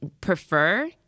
prefer